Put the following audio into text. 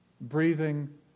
breathing